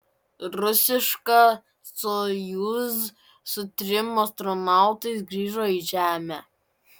rusiška sojuz su trim astronautais grįžo į žemę